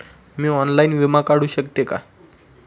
मी online विमा काढू शकते का?